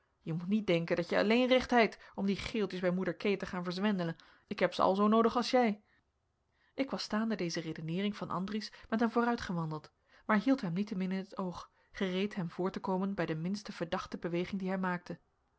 je moet niet denken dat jij alleen recht heit om die geeltjes bij moeder kee te gaan verzwendelen ik heb ze al zoo noodig als jij ik was staande deze redeneering van andries met hem vooruitgewandeld maar hield hem niettemin in het oog gereed hem voor te komen bij de minste verdachte beweging die hij maakte